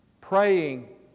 Praying